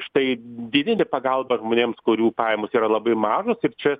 štai didinti pagalbą žmonėms kurių pajamos yra labai mažos ir čia